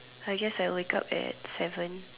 I guess I'll wake up at seven